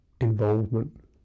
involvement